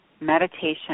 Meditation